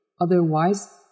Otherwise